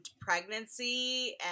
pregnancy